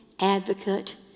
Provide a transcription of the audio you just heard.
advocate